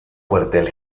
cuartel